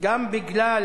גם בגלל